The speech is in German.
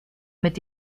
mit